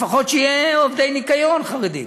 לפחות שיהיו עובדי ניקיון חרדים,